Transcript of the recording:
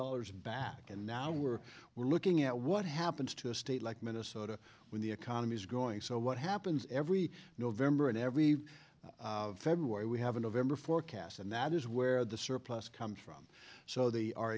dollars back and now we're we're looking at what happens to a state like minnesota when the economy's growing so what happens every november and every february we have a november forecast and that is where the surplus comes from so the